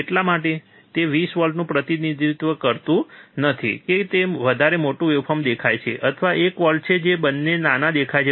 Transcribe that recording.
એટલા માટે તે 20 વોલ્ટનું પ્રતિનિધિત્વ કરતું નથી કે તે વધારે મોટું વેવફોર્મ દેખાય છે અથવા એક વોલ્ટ જે બંને નાના દેખાય છે